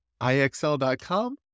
IXL.com